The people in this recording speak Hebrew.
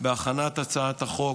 בהכנת הצעת החוק,